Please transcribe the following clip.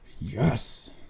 yes